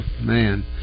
man